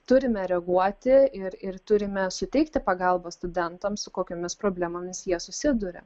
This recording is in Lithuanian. turime reaguoti ir ir turime suteikti pagalbą studentams su kokiomis problemomis jie susiduria